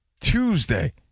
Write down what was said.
Tuesday